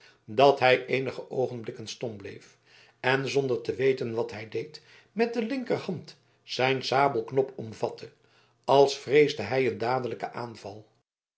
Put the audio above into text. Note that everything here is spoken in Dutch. dat hij eenige oogenblikken stom bleef en zonder te weten wat hij deed met de linkerhand zijn sabelknop omvatte als vreesde hij een dadelijken aanval